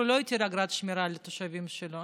הוא לא הטיל אגרת שמירה על התושבים שלו.